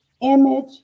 image